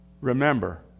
remember